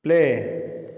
play